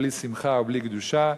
בלי שמחה ובלי קדושה,